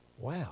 Wow